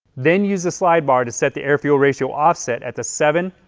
then use the slide bar to set the air fuel ratio offset at the seven,